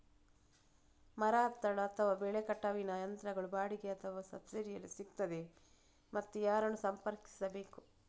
ಮರ ಹತ್ತಲು ಅಥವಾ ಬೆಲೆ ಕಟಾವಿನ ಯಂತ್ರಗಳು ಬಾಡಿಗೆಗೆ ಅಥವಾ ಸಬ್ಸಿಡಿಯಲ್ಲಿ ಸಿಗುತ್ತದೆಯೇ ಮತ್ತು ಯಾರನ್ನು ಸಂಪರ್ಕಿಸಬೇಕು?